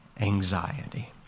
anxiety